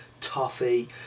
toffee